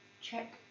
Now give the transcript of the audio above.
check